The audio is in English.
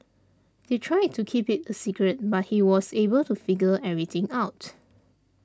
they tried to keep it a secret but he was able to figure everything out